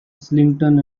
islington